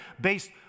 based